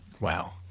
Wow